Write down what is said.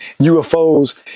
UFOs